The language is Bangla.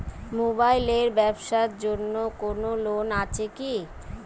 মোবাইল এর ব্যাবসার জন্য কোন লোন আছে কি?